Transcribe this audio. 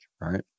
Right